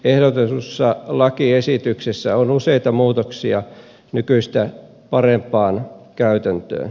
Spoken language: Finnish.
ehdotetussa lakiesityksessä on useita muutoksia nykyistä parempaan käytäntöön